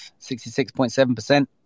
66.7%